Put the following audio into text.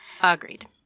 Agreed